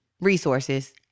resources